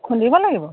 খুন্দিব লাগিব